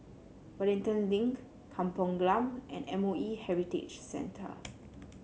Wellington Link Kampung Glam and M O E Heritage Centre